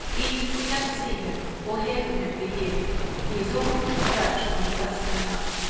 even if we don't see him or hear from him for years he is always cousin bertram when he does turn up.